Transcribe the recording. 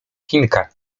chinka